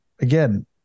again